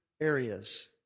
areas